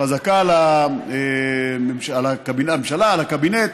חזקה על הממשלה, על הקבינט,